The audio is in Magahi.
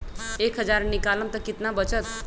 एक हज़ार निकालम त कितना वचत?